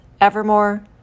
Evermore